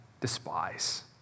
despise